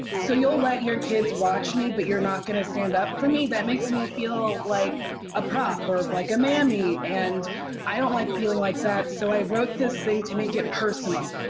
so you'll let your kids watch me, but you're not going to stand up for me? that makes me feel like a prop or like a mammy, and i don't like feeling like that. so i wrote this thing to make it personal,